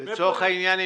לצורך העניין,